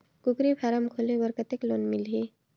कूकरी फारम खोले बर कतेक लोन मिलही?